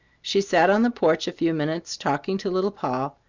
she sat on the porch a few minutes talking to little poll,